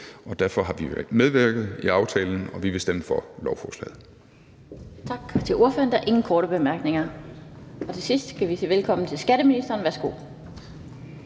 derfor har vi været medvirkende i aftalen, og vi vil stemme for lovforslaget.